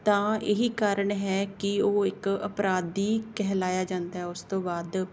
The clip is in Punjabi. ਤਾਂ ਇਹ ਹੀ ਕਾਰਨ ਹੈ ਕਿ ਉਹ ਇੱਕ ਅਪਰਾਧੀ ਕਹਿਲਾਇਆ ਜਾਂਦਾ ਉਸ ਤੋਂ ਬਾਅਦ